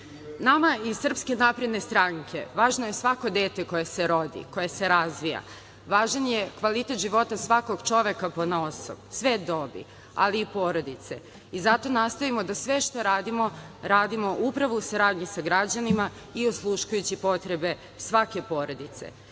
iz SNS važnoj je svako dete koje se rodi, koje se razvija, važan je kvalitet života svakog čoveka ponaosob, sve dobi, ali i porodice i zato nastojimo da se sve što radimo, radimo upravo u saradnji sa građanima i osluškujući potrebe svake porodice,